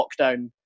lockdown